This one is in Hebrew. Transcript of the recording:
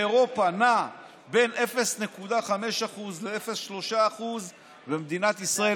באירופה זה נע בין 0.5% ל-0.3%; במדינת ישראל,